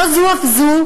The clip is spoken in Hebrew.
לא זו אף זו,